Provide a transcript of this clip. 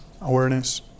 awareness